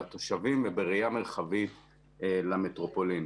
לתושבים ובראייה מרחבית למטרופולין.